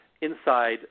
inside